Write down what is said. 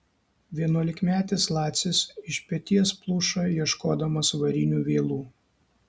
vienuolikmetis lacis iš peties pluša ieškodamas varinių vielų